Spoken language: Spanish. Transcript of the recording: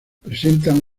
presentan